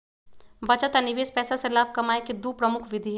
बचत आ निवेश पैसा से लाभ कमाय केँ दु प्रमुख विधि हइ